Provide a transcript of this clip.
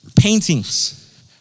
paintings